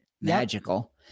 Magical